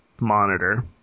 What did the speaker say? monitor